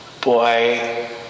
boy